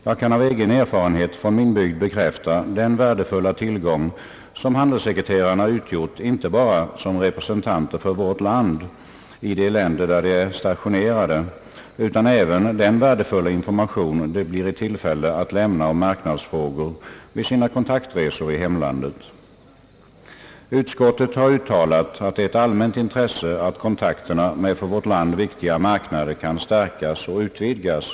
Jag kan av egen erfarenhet från min bygd bekräfta inte bara att handelssekreterarna utgjort en värdefull tillgång som representanter för Sverige i de länder där de är stationerade, utan även att de blir i tillfälle att lämna värdefull information om marknadsfrågor vid sina kontaktresor i hemlandet. Utskottet har uttalat att det är ett allmänt intresse, att kontakterna med för vår land viktiga marknader kan stärkas och utvidgas.